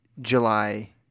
July